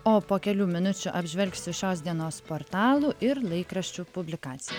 o po kelių minučių apžvelgsiu šios dienos portalų ir laikraščių publikacijas